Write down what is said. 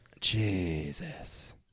Jesus